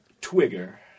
Twigger